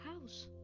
house